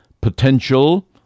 potential